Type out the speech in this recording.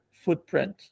footprint